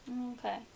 Okay